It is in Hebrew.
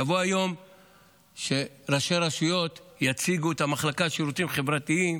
יבוא היום שראשי רשויות יציגו את המחלקה לשירותים חברתיים